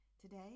Today